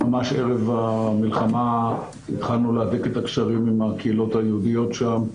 ממש ערב המלחמה התחלנו להדק את הקשרים עם הקהילות היהודיות שם,